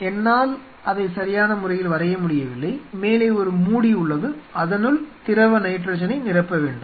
என்னால் அதை சரியான முறையில் வரைய முடியவில்லை மேலே ஒரு மூடி உள்ளது அதனுள் திரவ நைட்ரஜனை நிரப்ப வேண்டும்